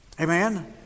Amen